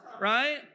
right